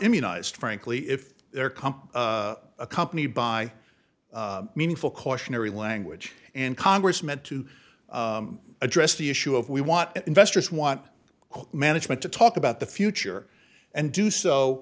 immunised frankly if they're come accompanied by meaningful cautionary language in congress meant to address the issue of we want investors want management to talk about the future and do so